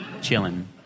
chilling